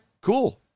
cool